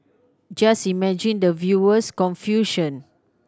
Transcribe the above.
just imagine the viewer's confusion